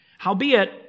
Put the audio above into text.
Howbeit